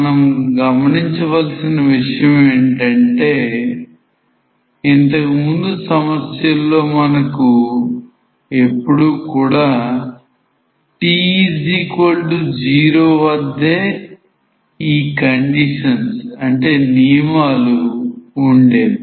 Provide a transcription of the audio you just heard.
మనం గమనించవలసిన విషయం ఏంటంటే ఇంతకుముందు సమస్యల్లో మనకు ఎప్పుడూ కూడా t0వద్దే ఈ నియమాలు ఉండేవి